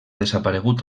desaparegut